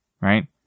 Right